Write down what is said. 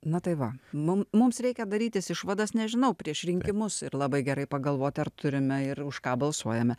na tai va mums mums reikia darytis išvadas nežinau prieš rinkimus ir labai gerai pagalvoti ar turime ir už ką balsuojame